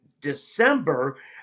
December